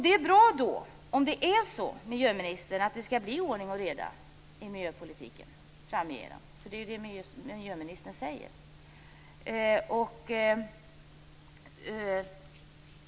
Det är då bra om det är så att det skall bli ordning och reda i miljöpolitiken framöver. Det är ju det som miljöministern säger.